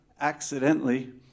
accidentally